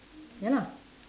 ya lah